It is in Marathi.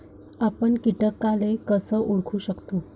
आपन कीटकाले कस ओळखू शकतो?